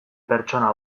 pertsona